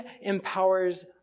empowers